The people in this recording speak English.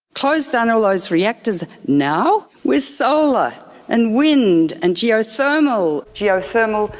close down all those reactors, now. with solar and wind and geothermal geothermal.